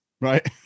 Right